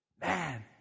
Man